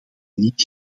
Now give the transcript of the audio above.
niet